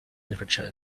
literature